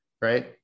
right